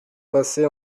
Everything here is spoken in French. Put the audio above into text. passé